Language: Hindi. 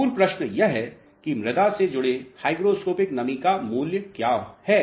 मूल प्रश्न यह है कि मृदा से जुड़े हाइग्रोस्कोपिक नमी का मूल्य क्या है